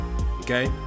Okay